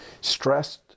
Stressed